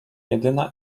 jedyna